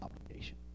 obligation